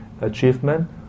achievement